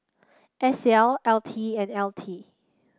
S L L T and L T